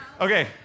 okay